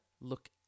look